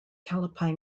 calipuy